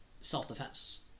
Self-defense